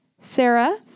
Sarah